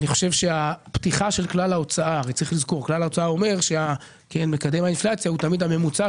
מכיוון שהכלל של ההוצאה - הוא אומר שמקדם האינפלציה הוא תמיד הממוצע